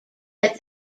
that